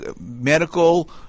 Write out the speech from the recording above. Medical